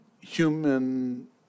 human